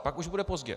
Pak už bude pozdě.